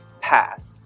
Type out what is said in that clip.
path